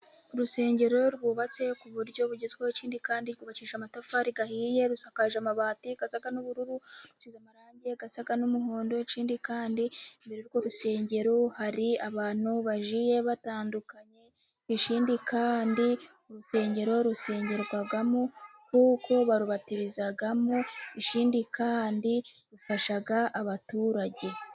Urusengero rwubatse ku buryo bugezweho, ikindi kandi rwubakishijwe amatafari ahiye rusakaje amabati asa n'ubururu, rusize amarangi asa n'umuhondo, ikindi kandi imbere y'urwo rusengero hari abantu bagiye batandukanye, ikindi kandi urusengero rusengerwamo kuko barubatirizamo ikindi kandi rufasha abaturage.